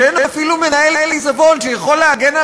כשאין אפילו מנהל עיזבון שיכול להגן על